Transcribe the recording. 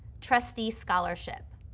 trustee scholarship.